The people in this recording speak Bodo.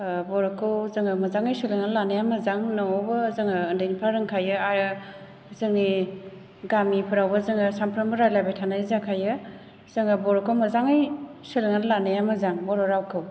बर'खौ जोङो मोजाङै सोलोंनानै लानाया मोजां नङाबाबो जोङो उन्दैनिफ्राय रोंखायो आरो जोंनि गामिफोरावबो जोङो सानफ्रोमबो रायज्लायबाय थाखानाय जाखायो जोङो बर'खौ मोजाङै सोलोंनानै लानाया मोजां बर' रावखौ